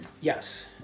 Yes